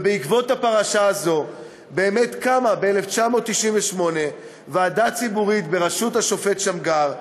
ובעקבות הפרשה הזאת באמת קמה ב-1998 ועדה ציבורית בראשות השופט שמגר,